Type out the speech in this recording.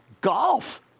Golf